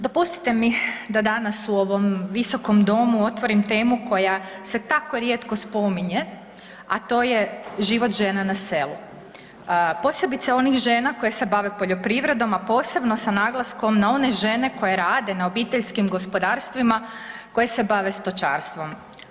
Dopustite mi da danas u ovom visokom domu otvorim temu koja se tako rijetko spominje, a to je život žena na selu, posebice onih žena koje se bave poljoprivredom, a posebno sa naglaskom na one žene koje rade na obiteljskim gospodarstvima, koje se bave stočarstvom.